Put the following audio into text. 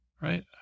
right